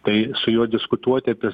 tai su juo diskutuoti apie